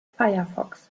firefox